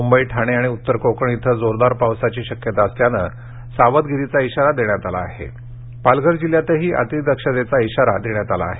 मुंबई ठाणे आणि उत्तर कोकण इथं जोरदार पावसाची शक्यता असल्यानं सावधगिरीचा इशारा देण्यात आला आहे पालघर जिल्हयातही अती दक्षतेचा इशारा देण्यात आला आहे